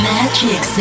Magic